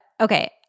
Okay